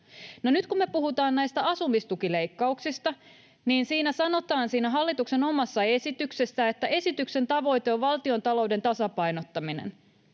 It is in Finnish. nyt kun me puhutaan näistä asumistukileikkauksista, niin siinä hallituksen omassa esityksessä sanotaan, että esityksen tavoite on valtiontalouden tasapainottaminen,